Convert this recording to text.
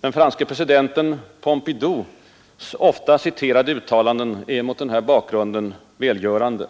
Den franske presidenten Pompidous ofta citerade uttalanden är mot den bakgrunden välgörande.